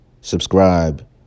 subscribe